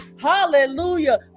hallelujah